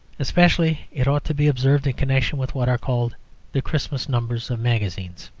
especially it ought to be observed in connection with what are called the christmas numbers of magazines.